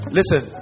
listen